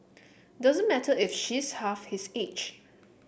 doesn't matter if she's half his age